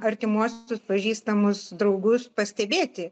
artimuosius pažįstamus draugus pastebėti